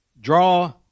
Draw